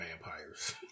vampires